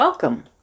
Welcome